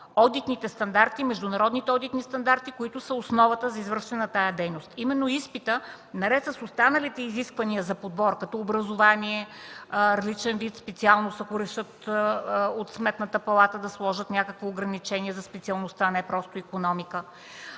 международните одитни стандарти, които са основата за извършване на тази дейност. Именно изпитът, наред с останалите изисквания за подбор като образование, различен вид специалност, ако решат от Сметната палата да сложат някакво ограничение за специалността, а не просто „Икономика”